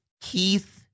Keith